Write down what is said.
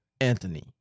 Anthony